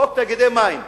חוק תאגידי מים וביוב,